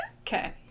Okay